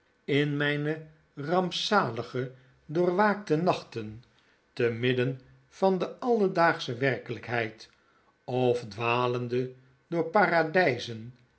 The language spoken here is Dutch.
in myne rampzalige doorwaakte nachten te midden van de alledaagsche werkelykheid of dwalende door earadyzen